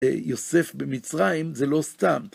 יוסף במצרים זה לא סתם.